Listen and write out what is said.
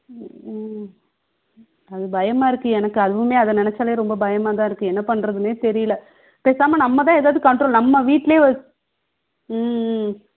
ம் அது பயமாக இருக்குது எனக்கு அதுவுமே அதை நினச்சாலே ரெம்ப பயமாக தான் இருக்குது என்ன பண்ணுறதுனே தெரியல பேசாமல் நம்ம தான் ஏதாவது கண்ட்ரோல் நம்ம வீட்டிலேயே வ ம்ம்